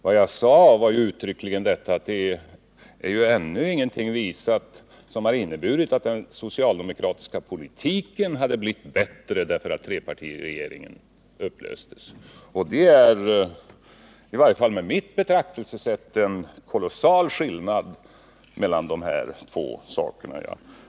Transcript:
Vad jag uttryckligen sade var, att ingenting ännu har visat att den socialdemokratiska politiken har blivit bättre på grund av att trepartiregeringen upplöstes. Det är i varje fall med mitt betraktelsesätt en kolossal skillnad mellan de här två sakerna.